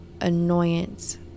annoyance